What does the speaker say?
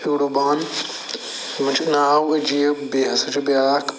ہیوڈوبان یِمن چھُ ناو عجیٖب بیٚیہِ ہَسا چھُ بیٛاکھ